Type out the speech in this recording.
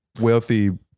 wealthy